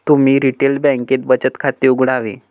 तुम्ही रिटेल बँकेत बचत खाते उघडावे